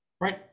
right